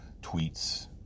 tweets